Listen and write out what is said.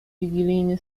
wigilijny